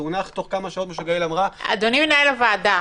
זה הונח תוך כמה שעות --- אדוני מנהל הוועדה,